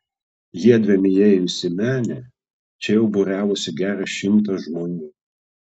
jiedviem įėjus į menę čia jau būriavosi geras šimtas žmonių